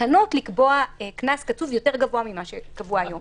בתקנות לקבוע קנס גבוה יותר ממה שקבוע היום.